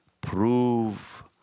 Prove